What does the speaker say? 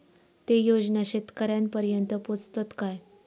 ते योजना शेतकऱ्यानपर्यंत पोचतत काय?